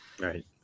Right